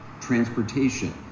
transportation